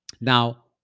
Now